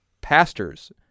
pastors